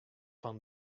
fan